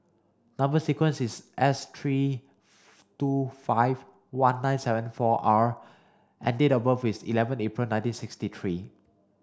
number sequence is S three two five one nine seven four R and date of birth is eleven April nineteen sixty three